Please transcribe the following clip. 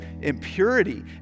impurity